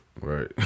Right